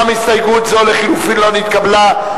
גם הסתייגות לחלופין זו לא נתקבלה.